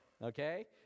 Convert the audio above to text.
Okay